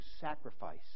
sacrifice